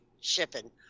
shipping